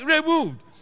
removed